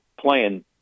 playing